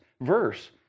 verse